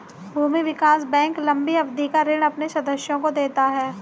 भूमि विकास बैंक लम्बी अवधि का ऋण अपने सदस्यों को देता है